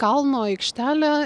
kalno aikštelė